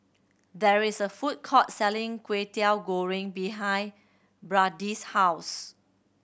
there is a food court selling Kway Teow Goreng behind Bradyn's house